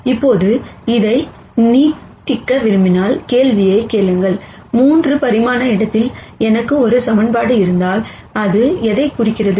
இப்போது இதை நீட்டிக்க விரும்பினால் கேள்வியைக் கேளுங்கள் 3 பரிமாண இடத்தில் எனக்கு ஒரு ஈக்குவேஷன் இருந்தால் அது எதைக் குறிக்கிறது